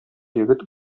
егет